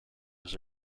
was